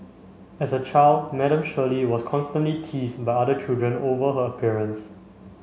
as a child Madam Shirley was constantly teased by other children over her appearance